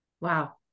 Wow